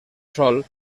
sòl